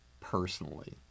personally